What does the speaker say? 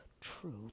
truth